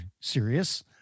serious